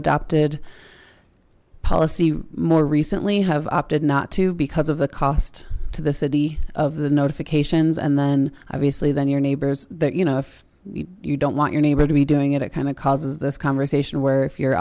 adopted policy more recently have opted not to because of the cost to the city of the notifications and then obviously then your neighbors that you know if you don't want your neighbor to be doing it it kind of causes this conversation where if you're